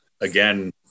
again